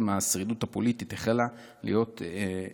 השרידות הפוליטית החלה להיות,